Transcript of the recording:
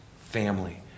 family